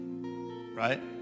right